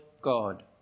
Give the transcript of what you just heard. God